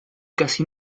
casi